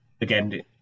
again